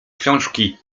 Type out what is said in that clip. książki